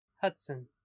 Hudson